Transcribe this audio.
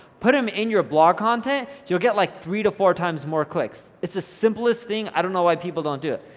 put them in your blog content. you'll get like three to four times more clicks, it's the simplest thing. i don't know why people don't do it.